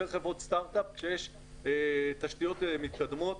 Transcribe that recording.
יותר חברות סטרטאפ כשיש תשתיות מתקדמות.